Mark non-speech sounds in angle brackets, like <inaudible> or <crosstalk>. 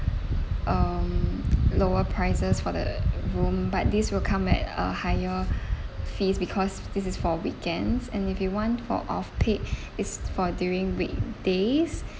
um lower prices for the room but this will come at a higher <breath> fees because this is for weekends and if you want for off peak <breath> is for during week days <breath>